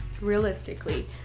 Realistically